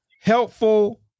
helpful